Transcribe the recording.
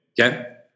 Okay